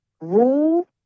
rule